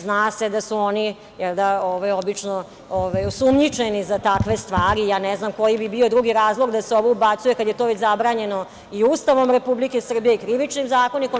Zna se da su oni, jel da, obično osumnjičeni za takve stvari i ja ne znam koji bi bio drugi razlog da se ovo ubacuje kada je to već zabranjeno i Ustavom Republike Srbije i Krivičnim zakonikom?